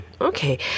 Okay